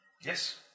Yes